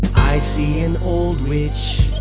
i see an old witch,